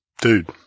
dude